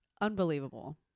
unbelievable